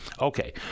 Okay